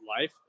Life